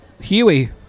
huey